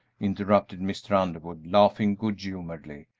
interrupted mr. underwood, laughing good-humoredly,